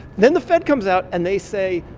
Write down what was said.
then the fed comes out, and they say,